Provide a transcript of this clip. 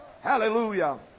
Hallelujah